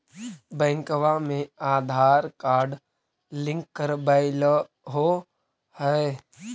बैंकवा मे Aadhaar card link करवैलहो है?